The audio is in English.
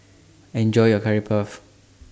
Enjoy your Curry Puff